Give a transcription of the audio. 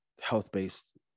health-based